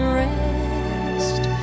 rest